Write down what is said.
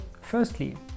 firstly